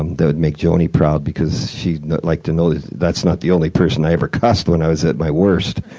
and that would make joanie proud because she's like to know that's not the only person i ever cussed when i was at my worst,